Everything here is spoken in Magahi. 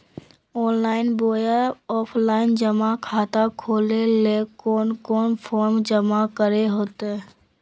ऑनलाइन बोया ऑफलाइन जमा खाता खोले ले कोन कोन फॉर्म जमा करे होते?